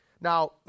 Now